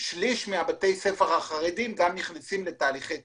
שליש מבתי הספר החרדים גם נכנסים לתהליכי תקשוב.